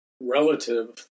relative